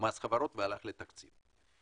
מס חברות והלך לתקציב.